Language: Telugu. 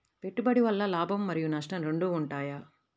పెట్టుబడి వల్ల లాభం మరియు నష్టం రెండు ఉంటాయా?